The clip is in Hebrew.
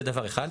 זה דבר אחד.